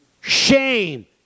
shame